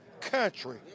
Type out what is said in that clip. country